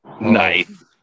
Nice